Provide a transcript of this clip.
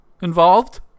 involved